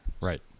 Right